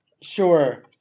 Sure